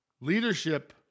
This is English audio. Leadership